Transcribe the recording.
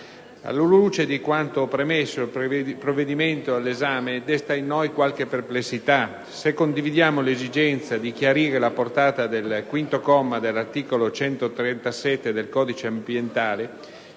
Alla luce di quanto premesso, il provvedimento in esame desta in noi qualche perplessità: se condividiamo l'esigenza di chiarire la portata del quinto comma dell'articolo 137 del codice ambientale,